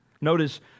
Notice